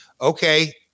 okay